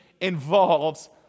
involves